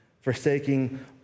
forsaking